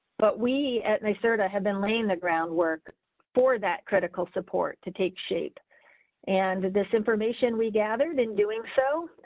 but we and started i had been laying the groundwork for that critical support to take shape and this information we gathered in doing. so,